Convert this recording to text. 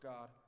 God